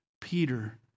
Peter